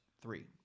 three